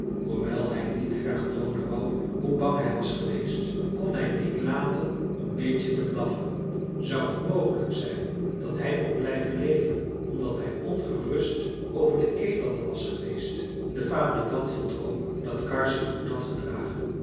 hoewel hij niet graag toonen wou hoe bang hij was geweest kon hij niet laten een beetje te blaffen zou het mogelijk zijn dat hij mocht blijven leven omdat hij ongerust over de elanden was geweest de fabrikant vond ook dat karr zich goed had gedragen